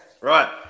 Right